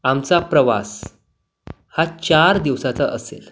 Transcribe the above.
आमचा प्रवास हा चार दिवसाचा असेल